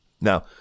Now